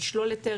לשלול היתר,